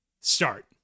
start